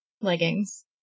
leggings